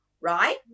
right